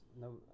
no